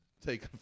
take